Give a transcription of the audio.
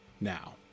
now